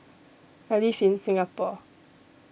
I live in Singapore